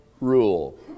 rule